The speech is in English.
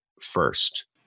first